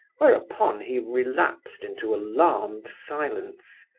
whereupon he relapsed into alarmed silence.